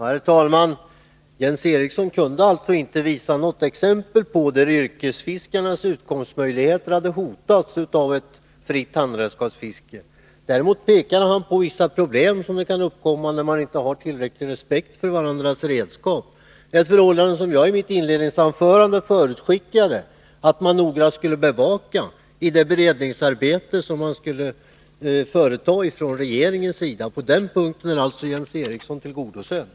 Herr talman! Jens Eriksson kunde alltså inte ge något exempel på att yrkesfiskarnas utkomstmöjligheter har hotats av ett fritt handredskapsfiske. Däremot pekade han på vissa problem som kan uppkomma när man inte har tillräcklig respekt för varandras redskap, ett förhållande som jag i mitt inledningsanförande förutskickade att regeringen noga skulle beakta i sitt beredningsarbete. På den punkten är alltså Jens Eriksson tillgodosedd.